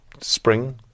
spring